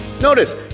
Notice